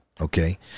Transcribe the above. Okay